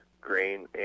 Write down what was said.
grain